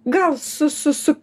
gal su su su